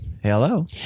Hello